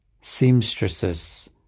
seamstresses